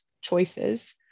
choices